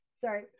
Sorry